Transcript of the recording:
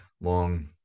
long